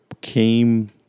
came